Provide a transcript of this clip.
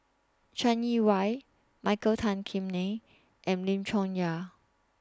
Chai Yee Wei Michael Tan Kim Nei and Lim Chong Yah